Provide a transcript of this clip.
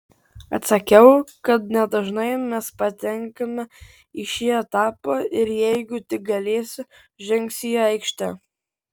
atsakiau kad nedažnai mes patenkame į šį etapą ir jeigu tik galėsiu žengsiu į aikštę